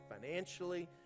financially